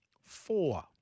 four